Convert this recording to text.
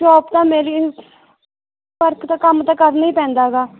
job ਦਾ ਮੇਰੀ ਪਰ ਇੱਕ ਤਾ ਕੰਮ ਤਾਂ ਕਰਨਾ ਹੀ ਪੈਂਦਾ ਗਾ